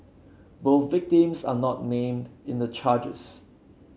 both victims are not named in the charges